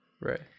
Right